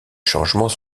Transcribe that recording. changement